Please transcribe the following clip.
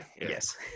yes